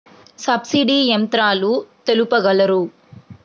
Subsidy యంత్రాలు తెలుపగలరు?